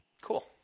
cool